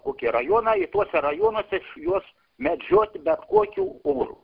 kokie rajonai tuose rajonuose juos medžiot bet kokiu oru